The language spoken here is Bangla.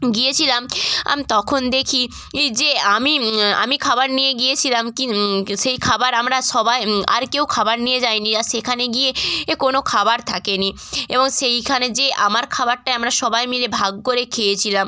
গিয়েছিলাম তখন দেখি ই যে আমি আমি খাবার নিয়ে গিয়েছিলাম কি সেই খাবার আমরা সবাই আর কেউ খাবার নিয়ে যায়নি আর সেখানে গিয়ে এ কোনো খাবার থাকেনি এবং সেইখানে যে আমার খাবারটাই আমরা সবাই মিলে ভাগ করে খেয়েছিলাম